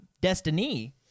Destiny